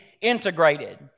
integrated